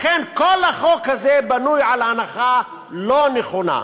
לכן, כל החוק הזה בנוי על הנחה לא נכונה.